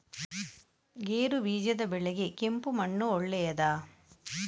ಗೇರುಬೀಜದ ಬೆಳೆಗೆ ಕೆಂಪು ಮಣ್ಣು ಒಳ್ಳೆಯದಾ?